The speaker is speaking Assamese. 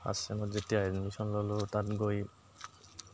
ফাৰ্ষ্ট ছেমত যেতিয়া এডমিশ্যন ল'লোঁ তাত গৈ